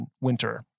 winter